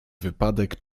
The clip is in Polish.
wypadek